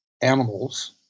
animals